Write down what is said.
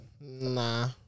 Nah